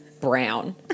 brown